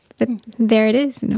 but there it is.